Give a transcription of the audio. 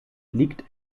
liegt